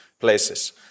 places